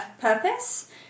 purpose